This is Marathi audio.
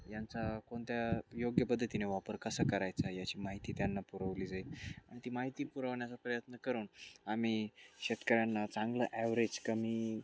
यांचा कोणत्या योग्य पद्धतीने वापर कसा करायचा याची माहिती त्यांना पुरवली जाईल आणि ती माहिती पुरवण्याचा प्रयत्न करून आम्ही शेतकऱ्यांना चांगलं ॲव्हरेज कमी